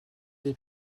des